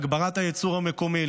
להגברת הייצור המקומי,